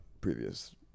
previous